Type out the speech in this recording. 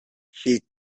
she